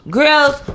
girls